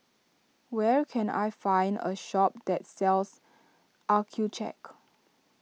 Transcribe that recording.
where can I find a shop that sells Accucheck